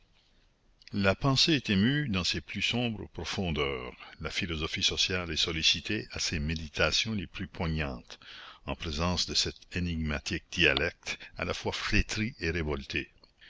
la pensée est émue dans ses plus sombres profondeurs la philosophie sociale est sollicitée à ses méditations les plus poignantes en présence de cet énigmatique dialecte à la fois flétri et révolté